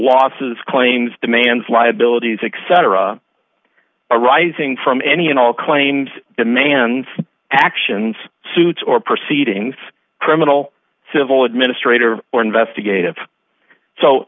losses claims demands liabilities except arising from any and all claims demands actions suits or proceedings criminal civil administrator or investigative so